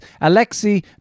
Alexei